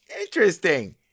Interesting